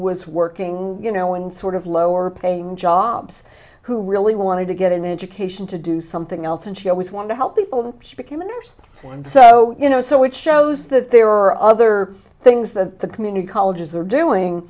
was working you know in sort of lower paying jobs who really wanted to get an education to do something else and she always wanted to help people she became a nurse and so you know so it shows that there are other things that the community colleges are doing